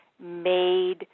made